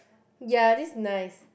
ya this is nice